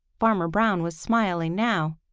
farmer brown was smiling now.